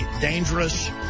dangerous